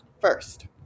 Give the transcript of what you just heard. first